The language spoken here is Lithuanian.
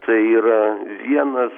tai yra vienas